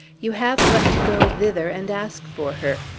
you have but to go thither and ask for her.